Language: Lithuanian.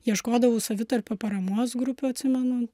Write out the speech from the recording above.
ieškodavau savitarpio paramos grupių atsimenu